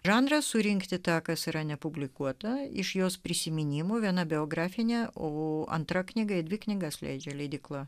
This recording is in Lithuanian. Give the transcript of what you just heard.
žanras surinkti tą kas yra nepublikuota iš jos prisiminimų viena biografinė o antra knyga dvi knygas leidžia leidykla